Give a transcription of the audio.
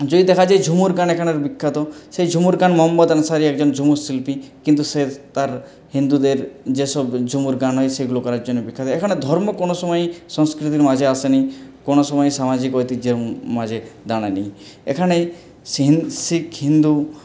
যদি দেখা যায় ঝুমুর গান এখানের বিখ্যাত সেই ঝুমুর গান মহম্মদ আনসারি একজন ঝুমুর শিল্পী কিন্তু সে তার হিন্দুদের যেসব ঝুমুর গান হয় সেগুলো করার জন্য বিখ্যাত এখানে ধর্ম কোনো সময়ই সংস্কৃতির মাঝে আসেনি কোনো সময়ই সামাজিক ঐতিহ্যের মাঝে দাঁড়ায়নি এখানেই শিখ হিন্দু